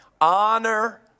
Honor